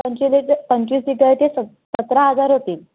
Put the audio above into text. पंचवीस लिटं पंचवीस लिटरचे सत सतरा हजार होतील